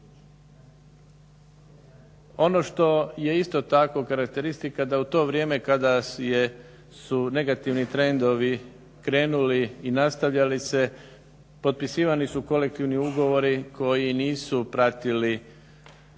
Ono što je isto tako karakteristika da u to vrijeme kada su negativni trendovi jer su negativni trendovi krenuli i nastavljali se, potpisivani su kolektivni ugovori koji nisu pratili krizu